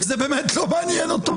זה באמת לא מעניין אותו,